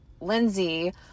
Lindsay